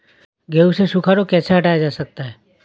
गेहूँ से सूखा रोग कैसे हटाया जा सकता है?